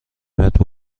متر